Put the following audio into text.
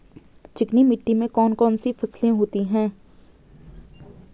चिकनी मिट्टी में कौन कौन सी फसलें होती हैं?